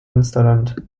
münsterland